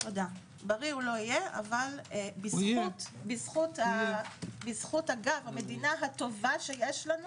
בריא הוא לא יהיה, אבל בזכות המדינה הטובה שיש לנו